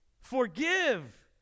Forgive